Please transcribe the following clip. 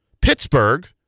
Pittsburgh